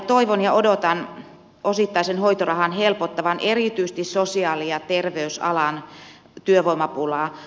toivon ja odotan osittaisen hoitorahan helpottavan erityisesti sosiaali ja terveysalan työvoimapulaa